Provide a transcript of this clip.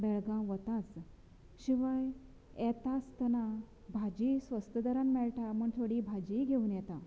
बेळगांव वताच शिवाय येता आसतना भाजी स्वस्त दरान मेळटा म्हण थोडी भाजीय घेवन येता